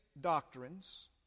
doctrines